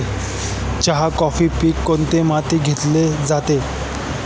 चहा, कॉफीचे पीक कोणत्या मातीत घेतले जाते?